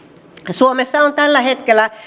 suomessa on tällä hetkellä